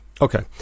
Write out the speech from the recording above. Okay